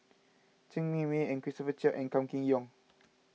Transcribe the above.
Chen Cheng Mei and Christopher Chia and Kam Kee Yong